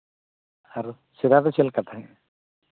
ᱟᱨ ᱥᱮᱫᱟᱭ ᱫᱚ ᱪᱮᱫ ᱞᱮᱠᱟ ᱛᱟᱦᱮᱸ ᱠᱟᱱᱟ